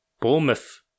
Bournemouth